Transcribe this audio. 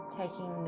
taking